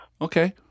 Okay